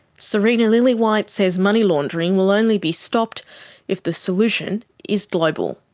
serena lillywhite says money laundering will only be stopped if the solution is global.